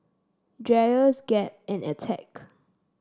Dreyers Gap and Attack